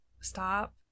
stop